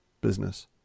business